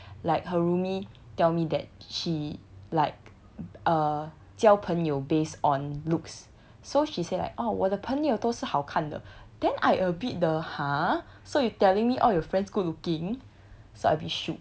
like her roomie tell me that she like uh 交朋友 based on looks so she say like oh 我的朋友都是好看的 then I a bit the !huh! so you telling me all your friends good looking so I a bit shook